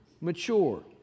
mature